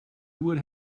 would